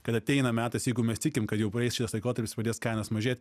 kad ateina metas jeigu mes tikim kad jau praeis šitas laikotarpis ir pradės kainos mažėt